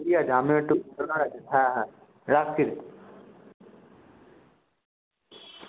ঠিক আছে আমিও একটু হ্যাঁ হ্যাঁ রাখছি